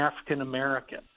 African-American